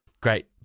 Great